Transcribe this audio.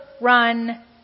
run